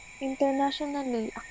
Internationally